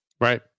right